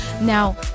Now